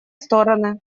стороны